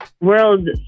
world